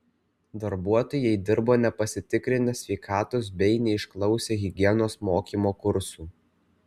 darbuotojai dirbo nepasitikrinę sveikatos bei neišklausę higienos mokymo kursų